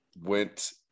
went